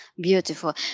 Beautiful